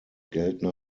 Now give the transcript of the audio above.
gelten